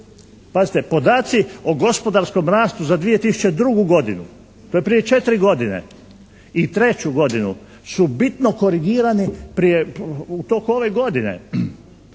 Pazite podaci o gospodarskom rastu za 2002. godinu, to je prije četiri godine i 2003. godinu su bitno korigirani, u toku ove godine